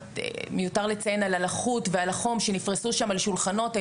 מיותר לציין על הלחות ועל החום שנפרסו שם על השולחנות,